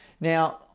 Now